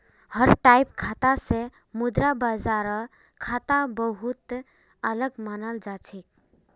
हर टाइपेर खाता स मुद्रा बाजार खाता बहु त अलग मानाल जा छेक